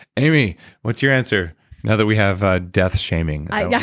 amy what's your answer now that we have ah death shaming? i yeah